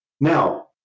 Now